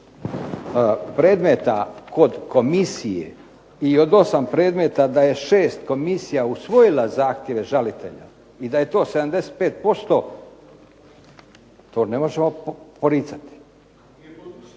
predmeta kod komisije i od 8 predmeta da je komisija 6 usvojila zahtjeve žalitelja i da je to 75%, to ne možemo poricati.